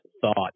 thought